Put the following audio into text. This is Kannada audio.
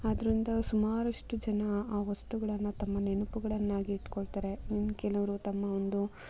ಆದ್ರಿಂದ ಸುಮಾರಷ್ಟು ಜನ ಆ ವಸ್ತುಗಳನ್ನು ತಮ್ಮ ನೆನಪುಗಳನ್ನಾಗಿ ಇಟ್ಕೊಳ್ತಾರೆ ಇನ್ನು ಕೆಲವರು ತಮ್ಮ ಒಂದು